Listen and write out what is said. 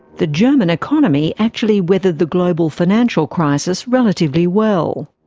the germany economy actually weathered the global financial crisis relatively well.